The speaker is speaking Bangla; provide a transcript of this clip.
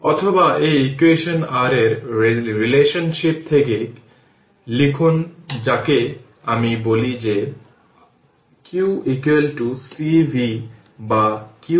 অতএব যদি এটি dc ভোল্টেজ হয় তাহলে i হবে 0 অর্থাৎ যখন ক্যাপাসিটর জুড়ে ভোল্টেজ সময়ের সাথে সাথে কারেন্টের মাধ্যমে পরিবর্তন হয় না ক্যাপাসিটর হল 0